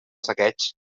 saqueig